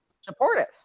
supportive